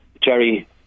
Jerry